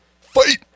fight